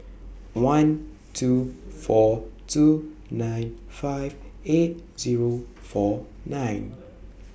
one two four two nine five eight Zero four nine